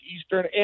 Eastern